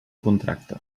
contracte